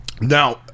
Now